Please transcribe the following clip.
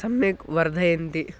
सम्यक् वर्धयन्ति